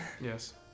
Yes